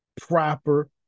proper